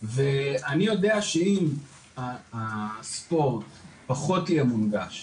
ואני יודע שאם הספורט פחות יהיה מונגש,